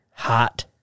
Hot